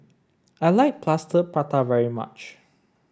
I like Plaster Prata very much